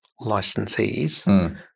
licensees